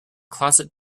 closet